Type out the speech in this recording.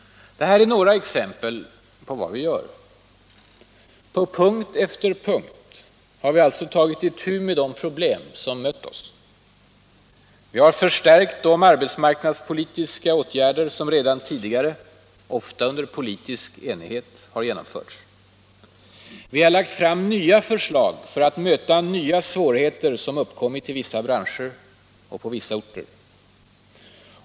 Det här är några exempel på vad vi gör. På punkt efter punkt har vi alltså tagit itu med de problem som mött oss. Vi har förstärkt de arbetsmarknadspolitiska åtgärder som redan tidigare, ofta under politisk enighet, har genomförts. Vi har lagt fram nya förslag för att möta nya svårigheter, som uppkommit i vissa branscher och på vissa orter.